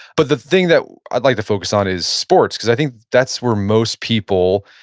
but the thing that i'd like to focus on is sports, cause i think that's where most people,